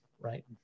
right